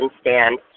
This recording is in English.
stand